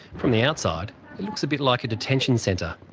from the outside it looks a bit like a detention centre,